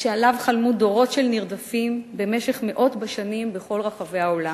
שעליו חלמו דורות של נרדפים במשך מאות בשנים בכל רחבי העולם.